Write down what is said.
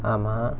ஆமா:aamaa